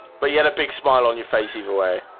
but you had a big smile on your face. either way.